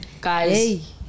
Guys